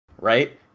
right